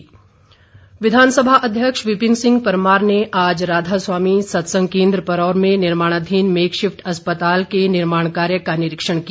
विपिन परमार विधानसभा अध्यक्ष विपिन सिंह परमार ने आज राधा स्वामी सत्संग केंद्र परौर में निर्माणधीन मेक शिफ्ट अस्पताल के कार्य का निरीक्षण किया